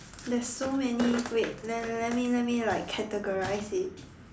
there's so many wait let let me let me like categorize it